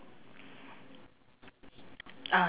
ah